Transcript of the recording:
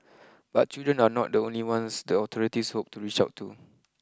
but children are not the only ones the authorities hope to reach out to